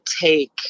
take